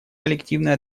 коллективной